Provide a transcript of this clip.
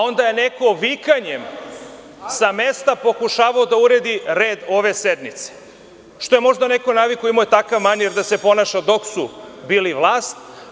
Onda je neko vikanjem s mesta pokušavao da uredi red ove sednice, što je možda neko navikao jer mu je takav manir da se ponaša dok su bili vlast.